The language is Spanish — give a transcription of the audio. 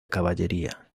caballería